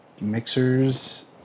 mixers